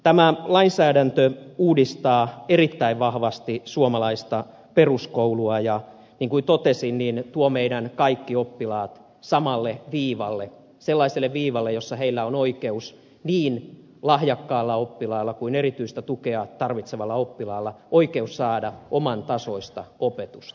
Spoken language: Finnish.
tämä lainsäädäntö uudistaa erittäin vahvasti suomalaista peruskoulua ja niin kuin totesin tuo meidän kaikki oppilaamme samalle viivalle sellaiselle viivalle jossa heillä on oikeus niin lahjakkaalla oppilaalla kuin erityistä tukea tarvitsevalla oppilaalla saada oman tasoista opetusta